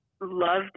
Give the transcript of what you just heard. loved